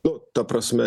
nu ta prasme